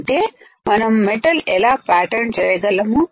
అంటే మనం మెటల్ ఎలా ప్యాటర్న్ చేయగలము